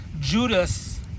Judas